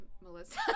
Melissa